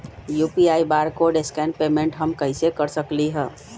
UPI barcode scan payment हम कईसे कर सकली ह?